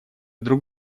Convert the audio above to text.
друг